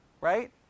right